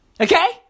okay